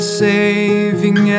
saving